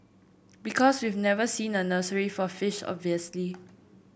because we've never seen a nursery for fish obviously